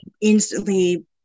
instantly